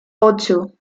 ocho